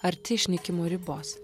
arti išnykimo ribos